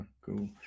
cool